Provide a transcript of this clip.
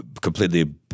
completely